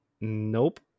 nope